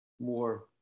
more